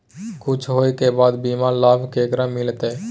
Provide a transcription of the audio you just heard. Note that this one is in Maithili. कुछ होय के बाद बीमा लाभ केकरा मिलते?